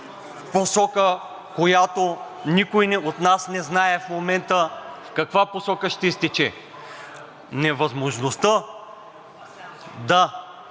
в посока, която никой от нас не знае в момента в каква посока ще изтече. Невъзможността